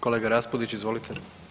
Kolega Raspudić, izvolite.